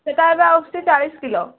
ସେଟା ଏବେ ଆସୁଛି ଚାଳିଶ କିଲୋ